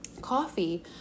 coffee